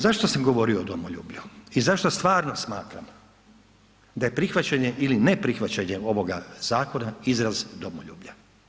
Zašto sam govorio o domoljublju i zašto stvarno smatram da je prihvaćanje ili neprihvaćanje ovoga zakona izraz domoljublja?